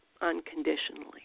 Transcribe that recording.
Unconditionally